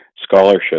scholarship